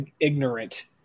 ignorant